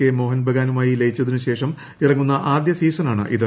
K മോഹൻ ബഗാനുമായി ലയിച്ചതിനു ശേഷം ഇറങ്ങുന്ന ആദ്യ സീസണാണിത്